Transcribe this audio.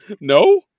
No